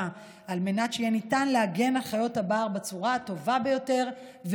כך שנוכל להגן על חיות הבר בצורה הטובה ביותר,